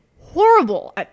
horrible